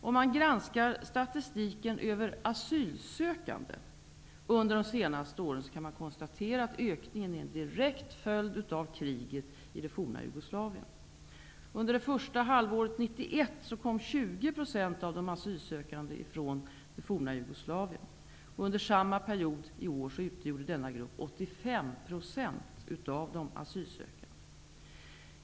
Om man granskar statistiken över asylsökande under de senaste åren kan man konstatera att ökningen är en direkt följd av kriget i det forna Under samma period i år utgjorde denna grupp 85 % av de asylsökande.